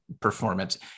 performance